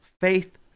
faith